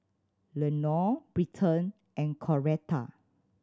Lenore Britton and Coretta